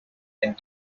and